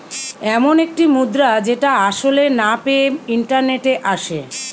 এমন একটি মুদ্রা যেটা আসলে না পেয়ে ইন্টারনেটে আসে